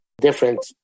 Different